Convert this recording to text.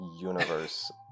universe